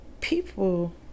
people